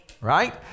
Right